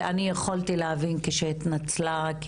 ואני יכולתי להבין כשהיא התנצלה שהיא לא באה,